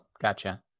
gotcha